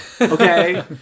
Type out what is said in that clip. okay